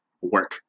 work